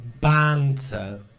Banter